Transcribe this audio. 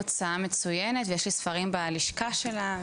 הוצאה מצוינת, ויש לי ספרים בלשכה שלה.